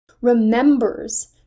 remembers